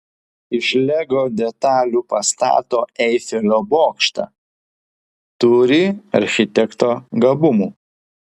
iš lego detalių pastato eifelio bokštą turi architekto gabumų